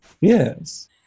Yes